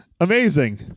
amazing